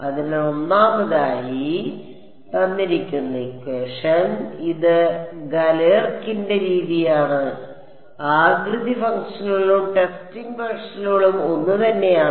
അതിനാൽ ഒന്നാമതായി ഇത് ഗലേർകിന്റെ രീതിയാണ് ആകൃതി ഫംഗ്ഷനുകളും ടെസ്റ്റിംഗ് ഫംഗ്ഷനുകളും ഒന്നുതന്നെയാണ്